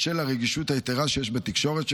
בשל הרגישות היתרה שיש בתקשורת שכזאת.